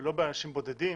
ולא מדובר באנשים בודדים,